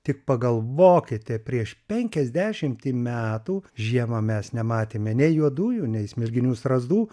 tik pagalvokite prieš penkiasdešimtį metų žiemą mes nematėme nei juodųjų nei smilginių strazdų